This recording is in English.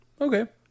Okay